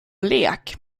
lek